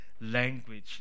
language